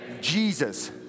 Jesus